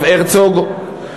הרצוג,